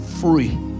free